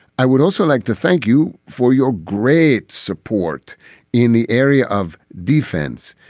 i would also like to thank you for your great support in the area of defense.